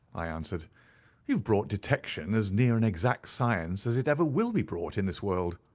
i answered you have brought detection as near an exact science as it ever will be brought in this world.